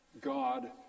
God